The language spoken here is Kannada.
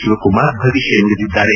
ಶಿವಕುಮಾರ್ ಭವಿಷ್ಯ ನುಡಿದಿದ್ದಾರೆ